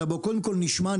אלא קודם כל נשמע,